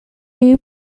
new